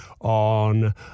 on